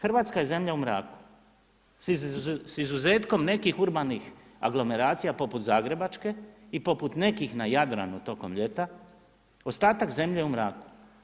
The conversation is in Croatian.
Hrvatska je zemlja u mraku, s izuzetkom nekih urbanih aglomeracija poput zagrebačke i poput nekih na Jadranu tokom ljeta, ostatak zemlje je u mraku.